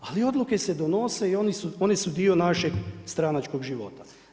Ali odluke se donose i one su dio našeg stranačkog života.